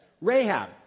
Rahab